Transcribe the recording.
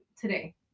today